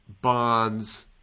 bonds